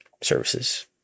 services